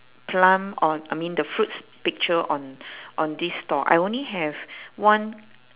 plum on I mean the fruits picture on on this store I only have one